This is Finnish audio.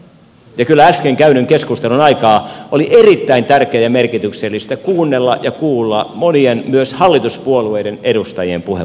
kyllä äsken käydyn keskustelun aikana oli erittäin tärkeää ja merkityksellistä kuunnella ja kuulla monien myös hallituspuolueiden edustajien puheenvuorot